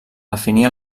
definir